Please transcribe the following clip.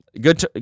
good